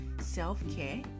self-care